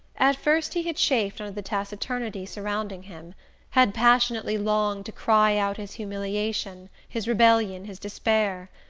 at first he had chafed under the taciturnity surrounding him had passionately longed to cry out his humiliation, his rebellion, his despair.